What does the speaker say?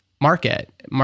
market